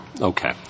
Okay